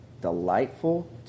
delightful